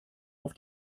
auf